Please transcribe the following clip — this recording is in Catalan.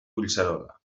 collserola